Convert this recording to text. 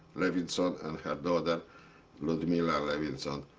lewinson and her daughter, ludmila lewinson,